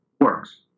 works